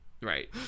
Right